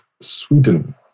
Sweden